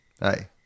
hey